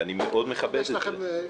ואני מאוד מכבד את זה,